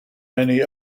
many